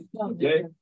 Okay